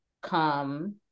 come